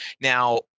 Now